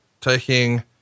taking